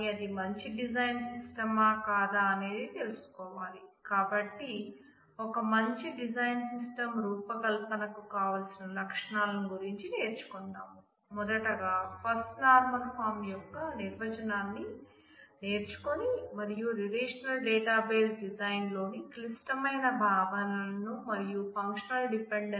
ఇవి దీనికి సంబంధించిన మాడ్యూల్ అవుట్ లైన్